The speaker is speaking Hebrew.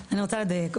אני רק רוצה לדייק,